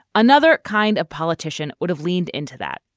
another kind a politician would have leaned into that.